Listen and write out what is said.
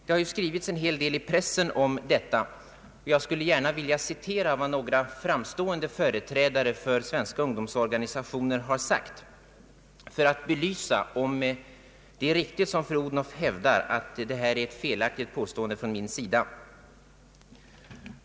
Det har skrivits en hel del i pressen om detta, och jag skulle gärna vilja citera vad några framstående företrädare för svenska ungdomsorganisationer har sagt. Jag vill göra det för att belysa om det är riktigt som fru Odhnoff hävdar att det är ett felaktigt påstående från min sida.